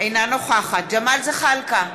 אינה נוכחת ג'מאל זחאלקה,